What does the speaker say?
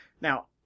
Now